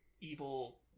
evil